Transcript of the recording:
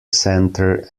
centre